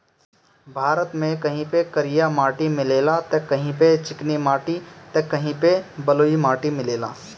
भारत में कहीं पे करिया माटी मिलेला त कहीं पे चिकनी माटी त कहीं पे बलुई माटी मिलेला